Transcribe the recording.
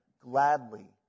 gladly